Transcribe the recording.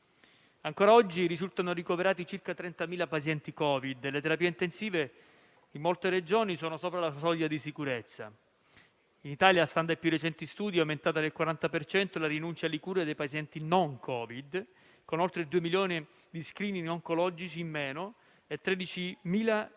Ancora oggi risultano ricoverati circa 30.000 pazienti Covid e le terapie intensive in molte Regioni sono sopra la soglia di sicurezza. In Italia, stando ai più recenti studi, è aumentata del 40 per cento la rinuncia alle cure dei pazienti non Covid, con oltre due milioni di *screening* oncologici in meno e 13.000 diagnosi